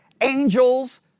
angels